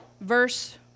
verse